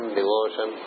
devotion